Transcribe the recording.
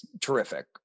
terrific